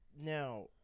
Now